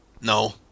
No